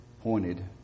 pointed